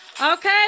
Okay